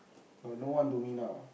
you're no one to me now